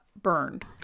burned